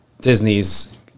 disney's